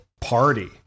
party